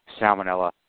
Salmonella